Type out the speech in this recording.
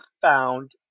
found